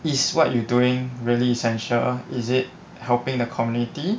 is what you doing really essential is it helping the community